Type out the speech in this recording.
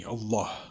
Allah